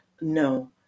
No